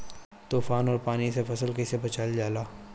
तुफान और पानी से फसल के कईसे बचावल जाला?